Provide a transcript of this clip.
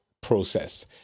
process